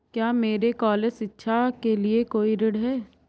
क्या मेरे कॉलेज शिक्षा के लिए कोई ऋण है?